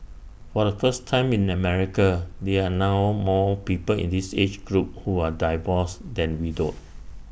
for the first time in America there are now more people in this age group who are divorced than widowed